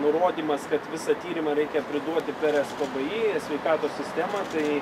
nurodymas kad visą tyrimą reikia priduoti per espbi sveikatos sistemą tai